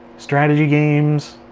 strategy games.